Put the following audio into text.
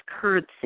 currency